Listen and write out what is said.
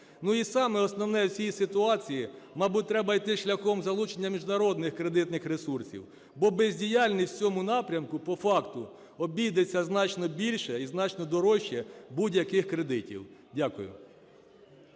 Ну, і саме основне в цій ситуації – мабуть, треба йти шляхом залучення міжнародних кредитних ресурсів, бо бездіяльність в цьому напрямку по факту обійдеться значно більше і значно дорожче будь-яких кредитів. Дякую.